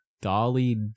Dolly